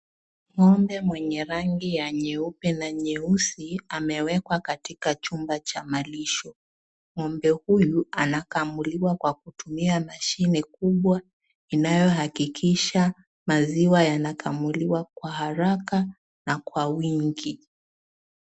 Ng'ombe mwenye rangi ya nyeupe na nyeusi amewekwa katika chumba cha malisho.Ng'ombe huyu anakamuliwa kwa kutumia mashine kubwa inayohakikisha maziwa yanakamuliwa kwa haraka na kwa wingi.